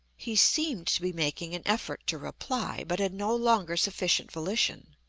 he seemed to be making an effort to reply, but had no longer sufficient volition.